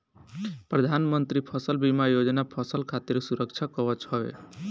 प्रधानमंत्री फसल बीमा योजना फसल खातिर सुरक्षा कवच हवे